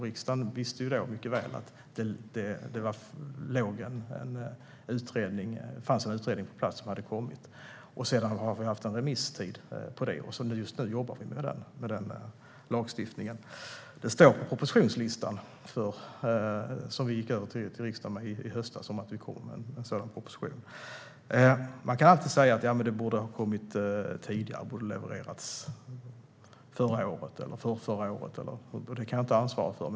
Riksdagen visste då mycket väl att det hade kommit en utredning som fanns på plats. Vi har haft en remisstid på det, och just nu jobbar vi med lagstiftningen. Det står på propositionslistan som vi gick över till riksdagen med i höstas att vi kommer med en sådan proposition. Man kan alltid säga att det här borde ha kommit tidigare, att det borde ha levererats förra året eller förrförra året. Det kan jag inte ansvara för.